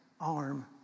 arm